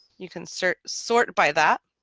you can search sort by that